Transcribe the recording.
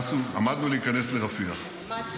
עמדנו להיכנס לרפיח -- עמדנו.